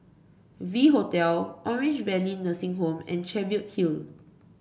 V Hotel Orange Valley Nursing Home and Cheviot Hill